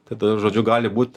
tada žodžiu gali būt